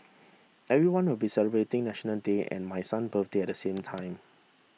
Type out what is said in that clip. everyone will be celebrating National Day and my son birthday at the same time